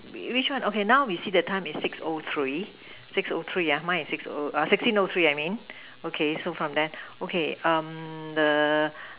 which one okay now we see the time is six o three ah mine is six o sixteen o three I mean okay so from there okay um the